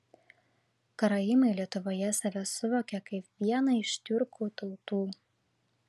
karaimai lietuvoje save suvokia kaip vieną iš tiurkų tautų